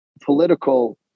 political